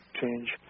change